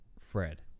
Fred